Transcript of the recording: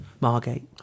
Margate